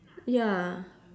ya